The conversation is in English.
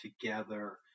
together